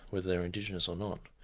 whether they're indigenous or not,